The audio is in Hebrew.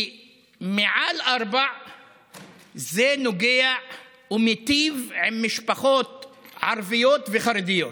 מעל ארבעה זה נוגע ומיטיב עם משפחות ערביות וחרדיות.